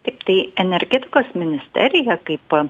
taip tai energetikos ministerija kaip